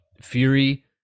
Fury